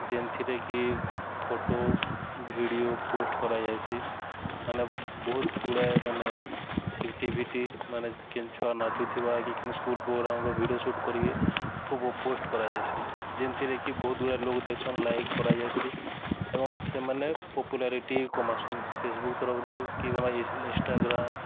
ଯେନ୍ଥିରେ କି photo video post କରାଯାଇସି ମାନେ ବହୁତ୍ ଗୁଡ଼ାଏ ମାନେ ଏକ୍ଟିଭିଟି ମାନେ କେନ୍ ଛୁଆ ନାଚୁଥିବା କି କେନ୍ ସ୍କୁଲ୍ ପ୍ରୋଗ୍ରାମ୍ର ଭିଡ଼ିଓ ସୁଟ୍ କରିକି ପୋଷ୍ଟ୍ କରାଯାଇସି ଯେନ୍ଥିରେ କି ବହୁତ୍ ଗୁଡ଼ାଏ ଲୋକ୍ ଦେଖ୍ସନ୍ ଲାଇକ୍ କରାଯାଇସି ଏବଂ ସେମାନେ ପପୁଲାରିଟି କମାସନ୍ ଫେସ୍ବୁକ୍ ତରଫ୍ରୁ କିମ୍ବା ଇନ୍ଷ୍ଟାଗ୍ରାମ୍